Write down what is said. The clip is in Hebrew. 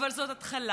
אבל זאת התחלה,